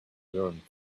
learned